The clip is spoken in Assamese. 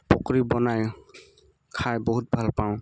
পকৰি বনাই খাই বহুত ভাল পাওঁ